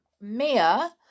Mia